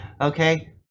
okay